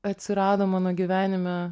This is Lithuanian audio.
atsirado mano gyvenime